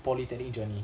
polytechnic journey